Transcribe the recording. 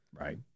right